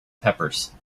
peppers